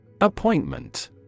Appointment